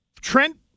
Trent